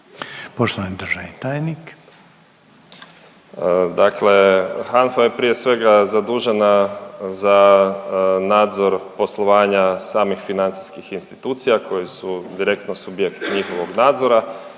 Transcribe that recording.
Poštovana državna tajnice